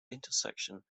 intersection